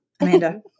Amanda